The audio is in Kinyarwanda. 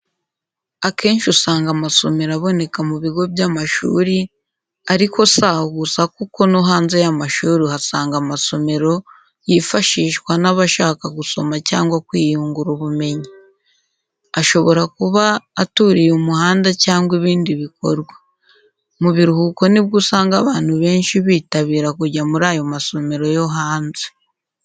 Akenshi usanga amasomero aboneka mu bigo by'amashuri ariko si aho gusa kuko no hanze y'amashuri uhasanga amasomero yifashishwa n'abashaka gusoma cyangwa kwiyungura ubumenyi. Ashobora kuba aturiye umuhanda cyangwa ibindi bikorwa. Mu biruhuko ni bwo usanga abantu benshi bitabira kujya muri ayo masomero yo hanze.